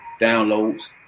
downloads